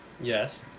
yes